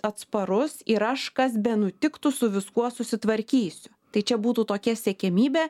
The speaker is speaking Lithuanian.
atsparus ir aš kas benutiktų su viskuo susitvarkysiu tai čia būtų tokia siekiamybė